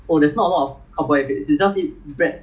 is that they talking about breakfast is it